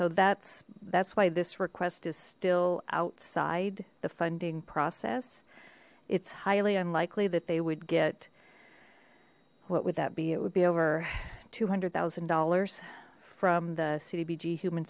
so that's that's why this request is still outside the funding process it's highly unlikely that they would get what would that be it would be over two hundred thousand dollars from the cdbg human